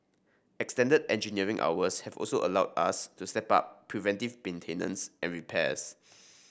extended engineering hours have also allowed us to step up preventive maintenance and repairs